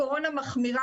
הקורונה מחמירה,